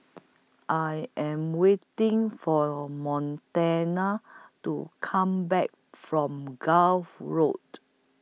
I Am waiting For Montana to Come Back from Gulf Road